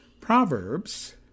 Proverbs